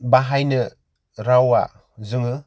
बाहायनो रावा जोङो